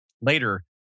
later